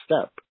step